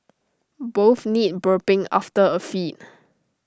both need burping after A feed